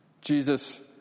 Jesus